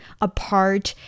apart